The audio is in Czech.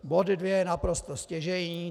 Bod dvě je naprosto stěžejní.